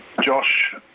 Josh